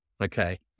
Okay